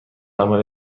عمل